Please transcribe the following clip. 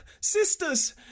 Sisters